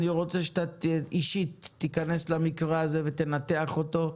אני רוצה שאישית תיכנס למקרה הזה ותנתח אותו,